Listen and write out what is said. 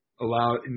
allow